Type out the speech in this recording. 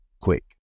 quick